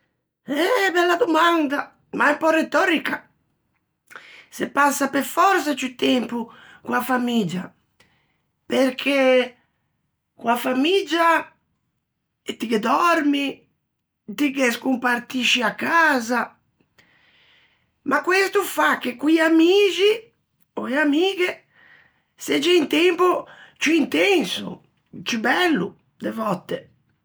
Eh bella domanda, ma un pö retòrica: se passa pe fòrsa ciù tempo co-a famiggia, perché co-a famiggia ti ghe dòrmi, ti ghe scompartisci a casa. Ma questo fa che co-i amixi, ò e amighe, segge un tempo ciù intenso, ciù bello, de vòtte.